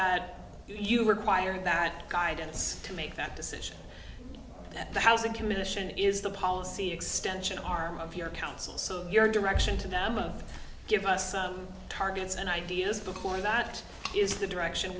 that you require that guidance to make that decision that the housing commission is the policy extension arm of your council so your direction to them of gives some targets and ideas the one that is the direction